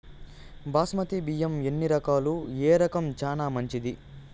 బాస్మతి బియ్యం ఎన్ని రకాలు, ఏ రకం చానా మంచిది?